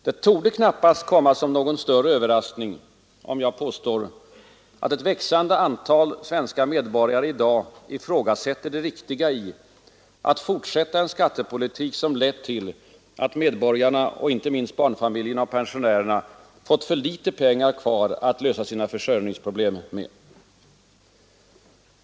Det torde knappast komma som någon större överraskning, om jag säger att ett växande antal svenska medborgare i dag ifrågasätter det riktiga i att fortsätta en skattepolitik som lett till att medborgarna och inte minst barnfamiljerna och pensionärerna fått för litet pengar kvar att lösa sina försörjningsproblem med.